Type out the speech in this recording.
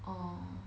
orh